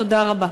תודה רבה.